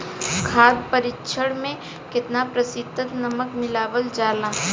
खाद्य परिक्षण में केतना प्रतिशत नमक मिलावल जाला?